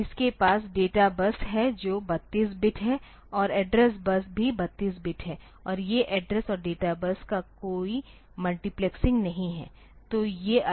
इसके पास data bus है जो 32 बिट है और एड्रेस बस भी 32 बिट है और ये एड्रेस और डेटा बस का कोई मल्टीप्लेक्सिंग नहीं है तो ये अलग हैं